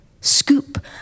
scoop